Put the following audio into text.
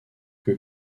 que